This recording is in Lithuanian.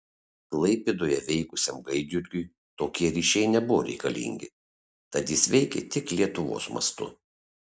klaipėdoje veikusiam gaidjurgiui tokie ryšiai nebuvo reikalingi tad jis veikė tik lietuvos mastu